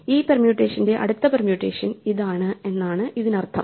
ഈ പെർമ്യൂട്ടേഷന്റെ അടുത്ത പെർമ്യൂട്ടേഷൻ ഇതാണ് എന്നാണ് ഇതിനർത്ഥം